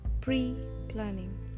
Pre-planning